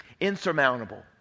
insurmountable